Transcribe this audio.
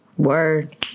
Word